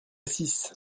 six